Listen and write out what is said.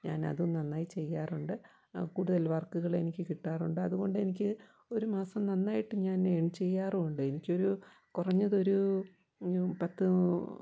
ഞാനതും നന്നായി ചെയ്യാറുണ്ട് കൂടുതൽ വർക്കുകളെനിക്ക് കിട്ടാറുണ്ട് അതുകൊണ്ടെനിക്ക് ഒരുമാസം നന്നായിട്ട് ഞാൻ ഏൺ ചെയ്യാറുമുണ്ട് എനിക്കൊരു കുറഞ്ഞതൊരു പത്ത്